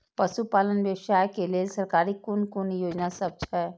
पशु पालन व्यवसाय के लेल सरकारी कुन कुन योजना सब छै?